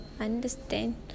understand